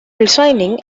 resigning